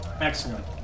Excellent